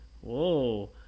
whoa